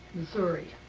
missouri,